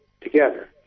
together